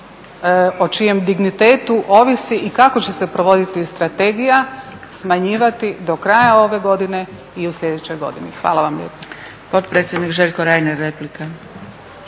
o čijem dignitetu ovisi i kako će se provoditi strategija smanjivati do kraja ove godine i u sljedećoj godini. Hvala vam lijepo.